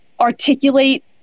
articulate